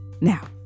Now